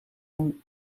een